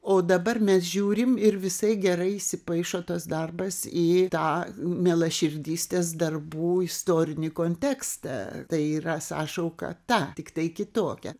o dabar mes žiūrim ir visai gerai įsipaišo tas darbas į tą melaširdystės darbų istorinį kontekstą tai yra sąšauka ta tiktai kitokia